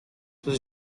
was